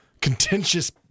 contentious